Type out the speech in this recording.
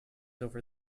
over